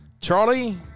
Charlie